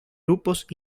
grupos